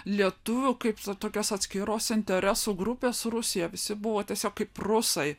lietuvių kaip tokios atskiros interesų grupės rusija visi buvo tiesiog kaip rusai